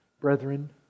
brethren